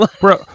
Bro